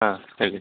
ಹಾಂ ಹೇಳಿ